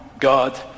God